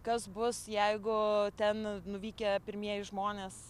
kas bus jeigu ten nuvykę pirmieji žmonės